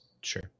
Sure